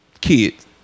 kids